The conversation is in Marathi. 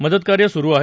मदतकार्य सुरु आहे